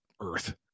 Earth